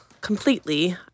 completely